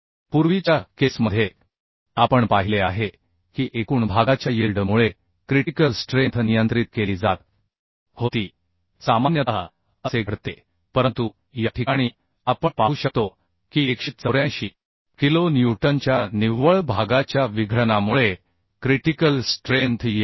पूर्वीच्या केसमध्ये आपण पाहिले आहे की एकूण भागाच्या यिल्ड मुळे क्रिटिकल स्ट्रेंथ नियंत्रित केली जात होती सामान्यतः असे घडते परंतु या ठिकाणी आपण पाहू शकतो की 184 किलो न्यूटनच्या निव्वळ भागाच्या विघटनामुळे क्रिटिकल स्ट्रेंथ येत आहे